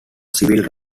civil